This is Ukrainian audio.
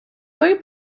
той